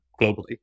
globally